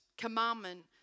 commandment